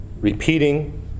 repeating